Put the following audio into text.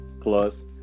plus